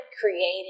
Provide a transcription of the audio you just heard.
created